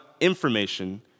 information